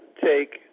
take